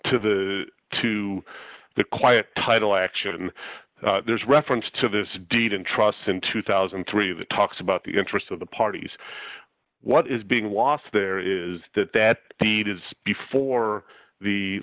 to the to the quiet title action there's reference to this deed and trusts in two thousand and three that talks about the interests of the parties what is being lost there is that that deed is before the